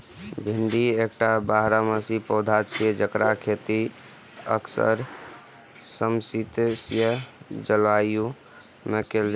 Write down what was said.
भिंडी एकटा बारहमासी पौधा छियै, जेकर खेती अक्सर समशीतोष्ण जलवायु मे कैल जाइ छै